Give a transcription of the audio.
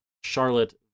Charlotte